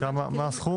מה גובה הקנס?